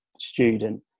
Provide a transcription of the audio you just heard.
student